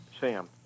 Sam